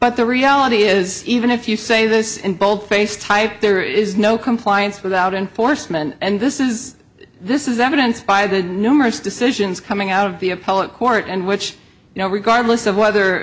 but the reality is even if you say this in bold face type there is no compliance without enforcement and this is this is evidenced by the numerous decisions coming out of the appellate court and which you know regardless of whether